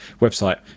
website